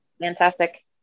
Fantastic